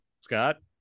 Scott